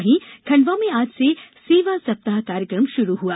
वहीं खंडवा में आज से सेवा सप्ताह कार्यक्रम शुरू हुआ